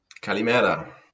Kalimera